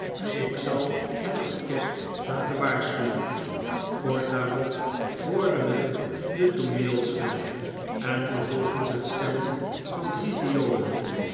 ik zal het orkest laten waarschuwen kort daarop hoorde men de tooneelschel en vervolgens het stemmen van drie violen